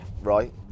right